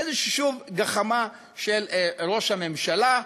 שזו שוב איזו גחמה של ראש הממשלה,